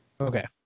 okay